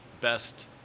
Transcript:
best